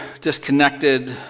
disconnected